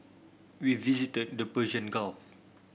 we visited the Persian Gulf